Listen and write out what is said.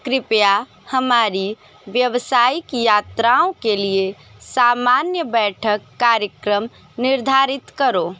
कृपया हमारी व्यावसायिक यात्राओं के लिए सामान्य बैठक कार्यक्रम निर्धारित करो